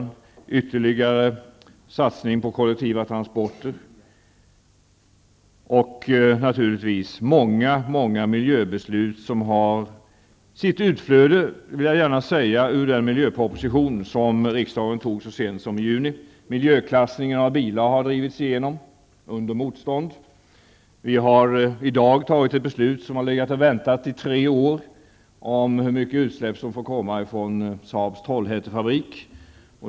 Vi gör en ytterligare satsning på kollektiva transporter och fattar naturligtvis många miljöbeslut som har sitt utflöde ur den miljöproposition riksdagen antog så sent som i juni. Miljöklassning av bilar har drivits igenom under motstånd. Regeringen har i dag fattat ett beslut som legat och väntat i tre år om hur mycket utsläpp som får komma från Saabs Trollhättefabrik.